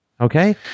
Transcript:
Okay